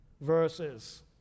verses